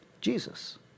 Jesus